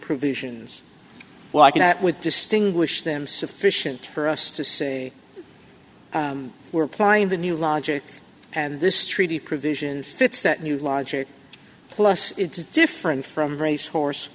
provisions why cannot with distinguish them sufficient for us to say we're applying the new logic and this treaty provision fits that new logic plus it's different from race horse